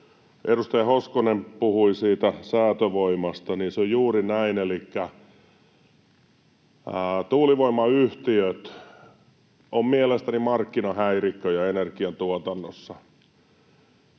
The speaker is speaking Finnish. Edustaja Hoskonen puhui säätövoimasta, ja se on juuri näin, elikkä tuulivoimayhtiöt ovat mielestäni markkinahäirikköjä energiantuotannossa.